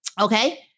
Okay